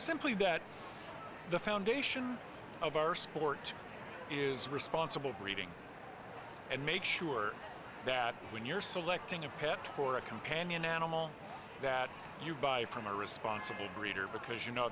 simply that the foundation of our sport is responsible breeding and make sure that when you're selecting a pet for a companion animal that you buy from a responsible breeder because you know